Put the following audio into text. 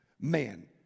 Man